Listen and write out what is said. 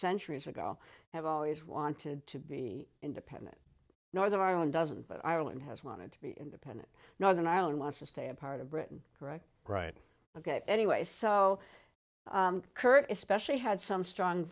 centuries ago have always wanted to be independent northern ireland doesn't but ireland has wanted to be independent northern ireland wants to stay a part of britain right ok anyway so kurt especially had some strong